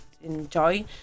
enjoy